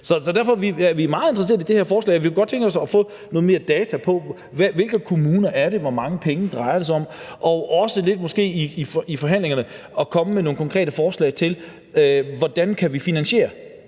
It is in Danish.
Så derfor er vi meget interesseret i det her forslag. Vi kunne godt tænke os at få noget mere data på, hvilke kommuner det er, hvor mange penge det drejer sig om – og måske også lidt at der i forhandlingerne kunne komme nogle konkrete forslag til, hvordan vi kan finansiere,